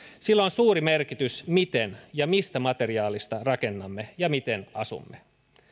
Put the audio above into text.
sillä on suuri merkitys miten ja mistä materiaalista rakennamme ja miten asumme